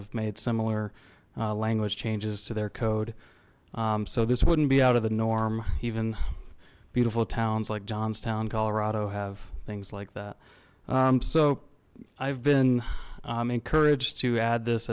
have made similar language changes to their code so this wouldn't be out of the norm even beautiful towns like johnstown colorado have things like that so i've been encouraged to add this